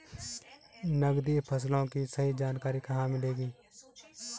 नकदी फसलों की सही जानकारी कहाँ मिलेगी?